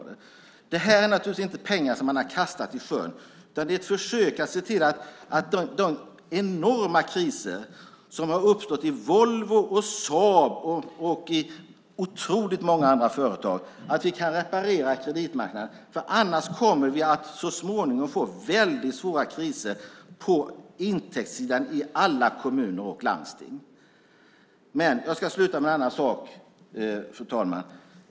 Det här är naturligtvis inte pengar man har kastat i sjön, utan ett försök att se till att vi efter att enorma kriser har uppstått i Volvo, Saab och otroligt många andra företag kan reparera kreditmarknaden. Annars kommer vi så småningom att få väldigt svåra kriser på intäktssidan i alla kommuner och landsting. Jag ska avsluta med en annan sak, fru talman.